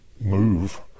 Move